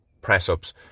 press-ups